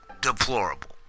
deplorable